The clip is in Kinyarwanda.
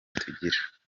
tugira